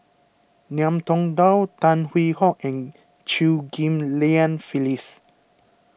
Ngiam Tong Dow Tan Hwee Hock and Chew Ghim Lian Phyllis